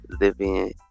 living